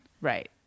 Right